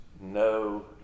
no